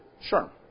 Sure